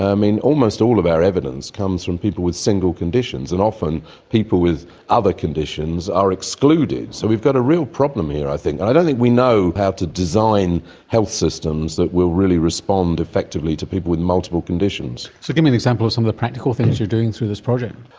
um and almost all of our evidence comes from people with single conditions, and often people with other conditions are excluded so we've got a real problem here i think. i don't think we know how to design health systems that will really respond effectively to people with multiple conditions. so give me an example of some of the practical things you are doing through this project.